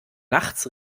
nachts